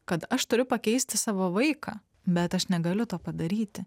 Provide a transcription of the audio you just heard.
kad aš turiu pakeisti savo vaiką bet aš negaliu to padaryti